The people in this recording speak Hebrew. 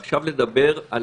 ועכשיו לדבר על